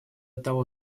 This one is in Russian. того